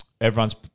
Everyone's